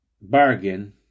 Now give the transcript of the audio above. bargain